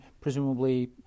presumably